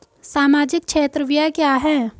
सामाजिक क्षेत्र व्यय क्या है?